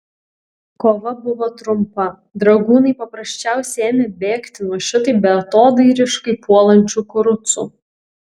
kova buvo trumpa dragūnai paprasčiausiai ėmė bėgti nuo šitaip beatodairiškai puolančių kurucų